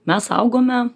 mes augome